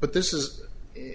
but this is